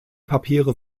papiere